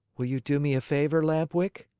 will you do me a favor, lamp-wick?